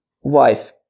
wife